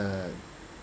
err